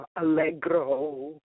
allegro